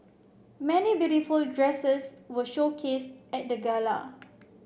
many beautiful dresses were showcased at the gala